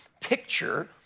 picture